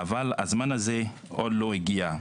אבל הזמן הזה עוד לא הגיע.